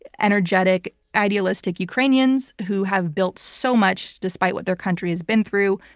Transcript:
energetic, idealistic ukrainians who have built so much despite what their country has been through.